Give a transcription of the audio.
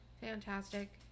fantastic